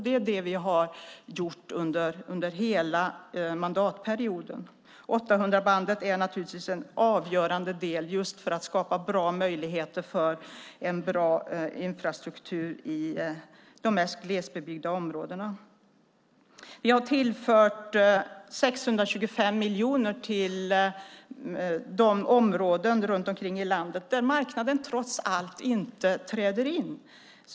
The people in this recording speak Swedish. Det är det vi har gjort under hela mandatperioden. 800-bandet är naturligtvis en avgörande del i att skapa bra möjligheter för en bra infrastruktur i de mest glesbebyggda områdena. Vi har tillfört 625 miljoner till de områden runt omkring i landet där marknaden trots allt inte träder in.